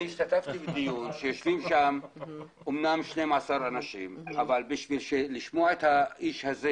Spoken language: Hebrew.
אני השתתפתי בדיון שישבו שם אמנם 12 אנשים אבל כדי לשמוע את האיש הזה